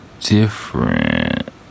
different